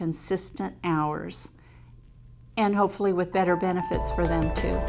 consistent hours and hopefully with better benefits for them